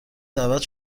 دعوت